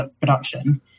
production